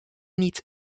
niet